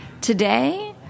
Today